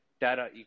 data